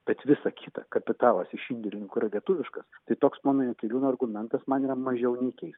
bet visa kita kapitalas iš indėlininkų yra lietuviškas tai toks pono jakeliūno argumentas man yra mažiau nei keistas